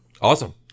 Awesome